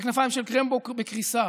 כנפיים של קרמבו בקריסה